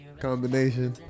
Combination